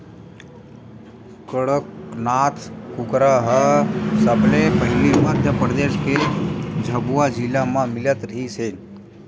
कड़कनाथ कुकरा ह सबले पहिली मध्य परदेस के झाबुआ जिला म मिलत रिहिस हे